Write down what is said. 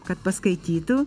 kad paskaitytų